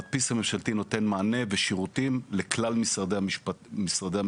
המדפיס הממשלתי נותן מענה ושירותים לכלל משרדי הממשלה.